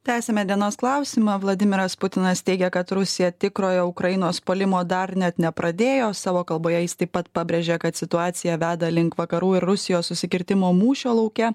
tęsiame dienos klausimą vladimiras putinas teigia kad rusija tikrojo ukrainos puolimo dar net nepradėjo savo kalboje jis taip pat pabrėžė kad situacija veda link vakarų ir rusijos susikirtimo mūšio lauke